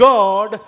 God